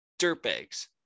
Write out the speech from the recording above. dirtbags